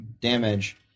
damage